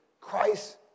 Christ